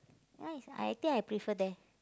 nice I think I prefer there